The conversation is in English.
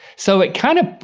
so it kind of,